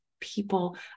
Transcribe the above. people